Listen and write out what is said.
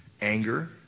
anger